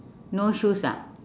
no shoes ah